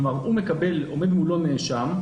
כלומר, עומד מולו נאשם,